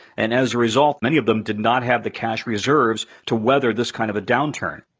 and as a result, many of them did not have the cash reserves to weather this kind of a downturn.